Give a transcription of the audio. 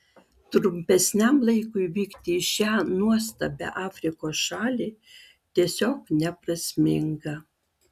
trumpesniam laikui vykti į šią nuostabią afrikos šalį tiesiog neprasminga